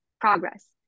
progress